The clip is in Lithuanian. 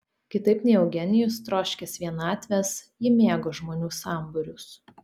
kitaip nei eugenijus troškęs vienatvės ji mėgo žmonių sambūrius